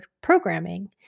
programming